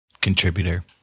contributor